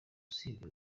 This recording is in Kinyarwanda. usibye